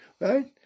Right